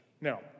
Now